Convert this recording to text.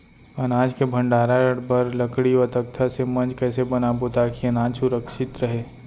अनाज के भण्डारण बर लकड़ी व तख्ता से मंच कैसे बनाबो ताकि अनाज सुरक्षित रहे?